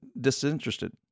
disinterested